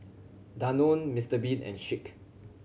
Danone Mister Bean and Schick